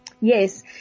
Yes